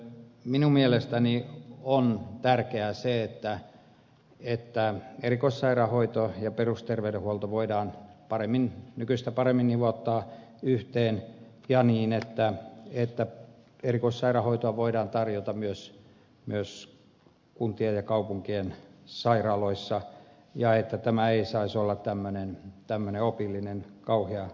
minun mielestäni on tärkeää se että erikoissairaanhoito ja perusterveydenhuolto voidaan nykyistä paremmin nivouttaa yhteen ja niin että erikoissairaanhoitoa voidaan tarjota myös kuntien ja kaupunkien sairaaloissa ja että tämä ei saisi olla tämmöinen kauhea opillinen riita